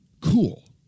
cool